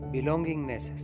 Belongingness